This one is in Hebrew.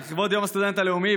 לכבוד יום הסטודנט הלאומי,